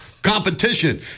Competition